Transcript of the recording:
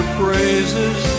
praises